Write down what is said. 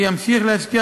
וימשיך להשקיע,